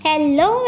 Hello